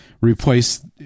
replace